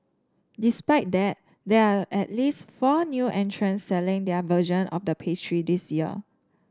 despite that there are at least four new entrants selling their version of the pastry this year